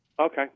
okay